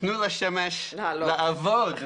תנו לשמש לעבוד.